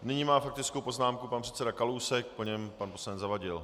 Nyní má faktickou poznámku pan předseda Kalousek, po něm pan poslanec Zavadil.